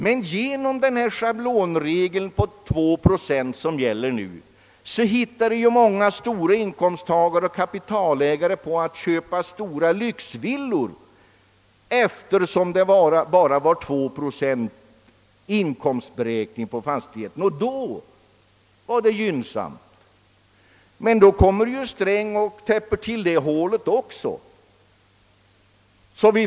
Men genom schablonregeln började många stora inkomsttagare och kapitalägare att köpa stora lyxvillor, eftersom det bara var 2 procents inkomstberäkning på fastigheten. Men så täppte Sträng till det hålet också.